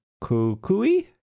Kukui